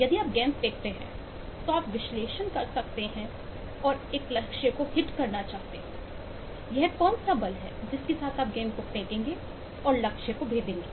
यदि आप गेंद फेंकते हैं तो आप विश्लेषण कर सकते हैं और एक लक्ष्य को हिट करना चाहते हैं वह कौन सा बल है जिसके साथ आप गेंद को फेंकेंगे और लक्ष्य को मारेंगे